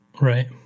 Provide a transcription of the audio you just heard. Right